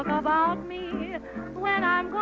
about me when i'm